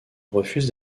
refuse